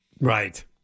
Right